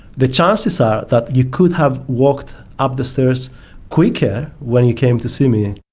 the chances are that you could have walked up the stairs quicker when you came to see me.